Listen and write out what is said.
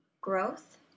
growth